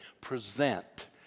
present